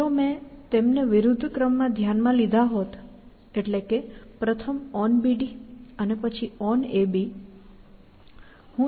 જો મેં તેમને વિરુદ્ધ ક્રમમાં ધ્યાનમાં લીધા હોત એટલે કે પ્રથમ onBD અને પછી onAB